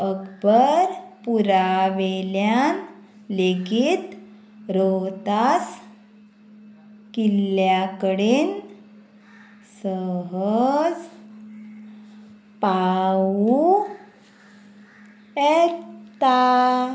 अकबरपुरावेल्यान लेगीत रोहतास किल्ल्या कडेन सहज पावूं येता